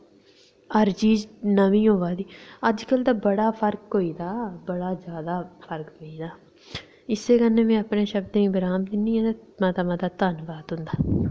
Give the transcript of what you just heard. हर चीज़ उत्थें नमीं होआ दी अजकल तां बड़ा फर्क होई दा बड़ा जादा फर्क पेई दा इस्सै कन्नै में अपने शब्दें गी विराम दिन्नी आं ते मता मता धन्नबाद तुं'दा